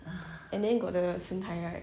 and then got the 神台 right